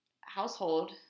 household